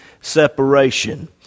separation